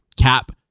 Cap